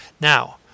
Now